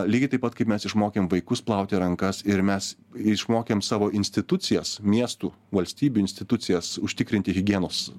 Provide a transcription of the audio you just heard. lygiai taip pat kaip mes išmokėm vaikus plauti rankas ir mes išmokėm savo institucijas miestų valstybių institucijas užtikrinti higienos